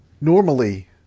normally